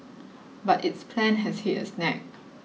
but its plan has hit a snag